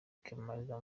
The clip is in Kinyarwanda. kwiyamamaza